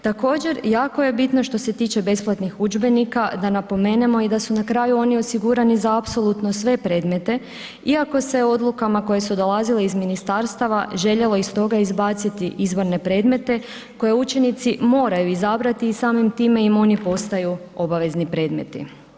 Također jako je bitno što se tiče besplatnih udžbenika da napomenemo da su i oni na kraju osigurani za apsolutno sve predmete iako se odlukama koje su dolazile iz ministarstava željelo iz toga izbaciti izborne predmete koje učenici moraju izabrati i samim time im oni postaju obavezni predmeti.